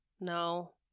No